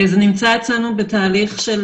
זה נמצא אצלנו בתהליך של